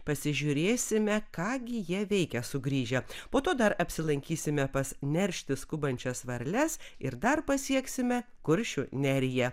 pasižiūrėsime ką gi jie veikia sugrįžę po to dar apsilankysime pas neršti skubančias varles ir dar pasieksime kuršių neriją